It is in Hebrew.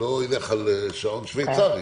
אני לא אלך על שעון שוויצרי,